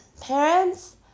Parents